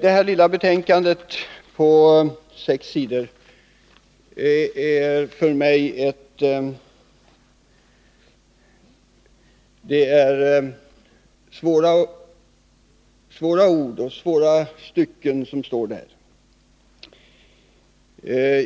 Detta lilla betänkande på sex sidor innehåller för mig svåra ord och stycken.